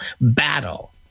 battle